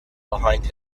behind